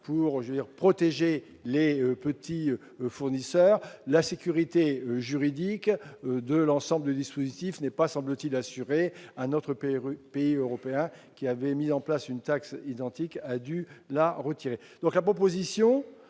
pour protéger les petits fournisseurs. Or il semblerait que la sécurité juridique de l'ensemble du dispositif ne soit pas assurée. Un autre pays européen qui avait mis en place une taxe identique a dû la retirer.